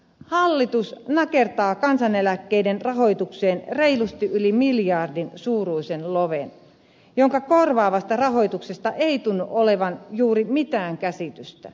hallitus nakertaa kansaneläkkeiden rahoitukseen reilusti yli miljardin suuruisen loven jonka korvaavasta rahoituksesta ei tunnu olevan juuri mitään käsitystä